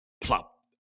plop